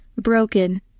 broken